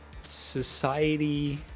society